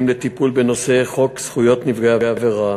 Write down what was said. לטיפול בנושא חוק זכויות נפגעי עבירה,